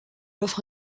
offre